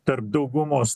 tarp daugumos